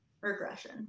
regression